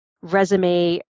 resume